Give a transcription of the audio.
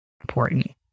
Important